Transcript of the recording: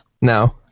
No